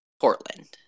Portland